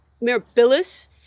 mirabilis